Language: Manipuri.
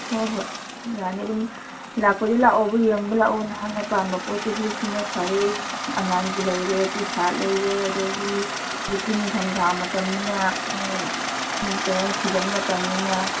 ꯍꯣ ꯍꯣꯏ ꯌꯥꯅꯤ ꯑꯗꯨꯝ ꯂꯥꯛꯄꯗꯤ ꯂꯥꯛꯑꯣꯕ ꯌꯦꯡꯕ ꯂꯥꯛꯑꯣ ꯅꯍꯥꯛꯅ ꯄꯥꯝꯕ ꯄꯣꯠꯇꯨ ꯁꯤ ꯁꯤꯅ ꯐꯔꯦ ꯑꯉꯥꯡꯒꯤ ꯂꯩꯔꯦ ꯇꯤꯁꯥꯔꯠ ꯂꯩꯔꯦ ꯑꯗꯒꯤ ꯍꯧꯖꯤꯛꯇꯤ ꯅꯤꯡꯊꯝꯊꯥ ꯃꯇꯝꯅꯤꯅ ꯀꯩꯍꯥꯏꯅꯤ ꯁꯤꯖꯟ ꯃꯇꯝꯅꯤꯅ